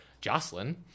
Jocelyn